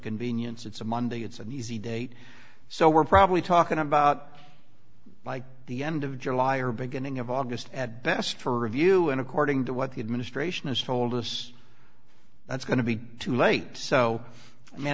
convenience it's a monday it's an easy date so we're probably talking about by the end of july or beginning of august at best for review and according to what the administration has told us that's going to be too late so i